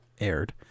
aired